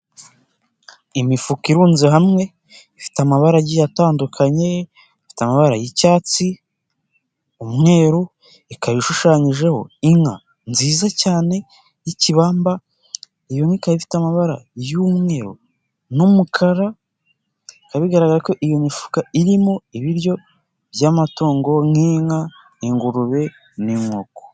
Imifuka irunze hamwe ifite amabaragi atandukanye, ifite amabara y'icyatsi, umweru, ikaba ishushanyijeho inka nziza cyane y'ikibamba, iyo ni ikaba ifite amabara y'umweru n'umukara, bikaba bigaragara ko iyo mifuka irimo ibiryo by'amatungo nk'inka, ingurube n'inkoko.